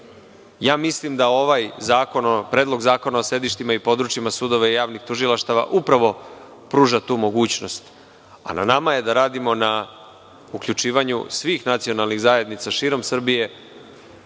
Mislim da ovaj Predlog zakona o sedištima i područjima sudova i javnih tužilaštava upravo pruža tu mogućnost, a na nama je da radimo na uključivanju svih nacionalnih zajednica širom Srbije